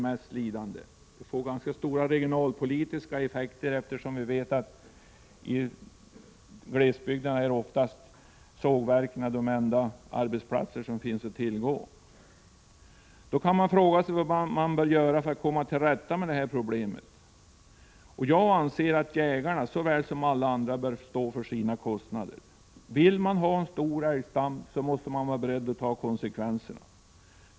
Det hela får ganska stora regionalpolitiska effekter, eftersom sågverken i glesbygden ofta är de enda arbetsplatser som finns att tillgå. Vad bör då göras för att man skall komma till rätta med detta problem? Jag anser att jägarna lika väl som alla andra bör stå för sina kostnader. Vill man ha en stor älgstam måste man vara beredd att ta konsekvenserna.